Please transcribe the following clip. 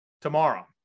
tomorrow